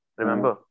remember